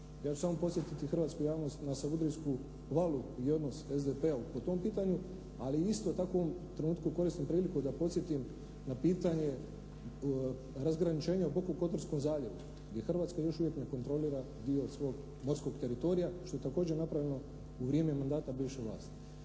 Ja ću samo podsjetiti hrvatsku javnost na Savudrijsku valu i odnos SDP-a po tom pitanju, ali isto tako u ovom trenutku koristim priliku da podsjetim na pitanje razgraničenja u Bokokotorskom zaljevu gdje Hrvatska još uvijek ne kontrolira dio svog morskog teritorija što je također napravljeno u vrijeme mandata bivše vlasti.